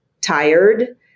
tired